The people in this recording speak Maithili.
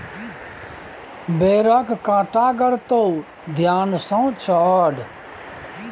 बेरक कांटा गड़तो ध्यान सँ चढ़